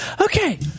Okay